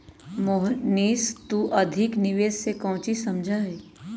मोहनीश तू अधिक निवेश से काउची समझा ही?